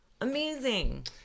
amazing